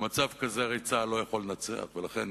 במצב כזה הרי צה"ל לא יכול לנצח, ולכן